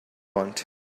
want